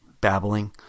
babbling